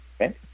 Okay